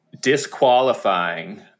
disqualifying